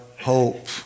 hope